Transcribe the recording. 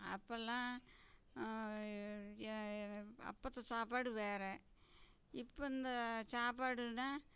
அப்போல்லாம் ஏன் அப்போத்த சாப்பாடு வேறு இப்போ இந்த சாப்பாடுன்னா